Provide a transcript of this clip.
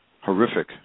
horrific